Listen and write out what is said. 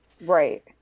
Right